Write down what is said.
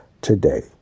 today